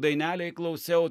dainelei klausiau